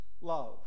love